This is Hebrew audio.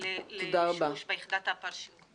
לשימוש ביחידת הפרשים.